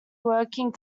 working